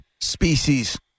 species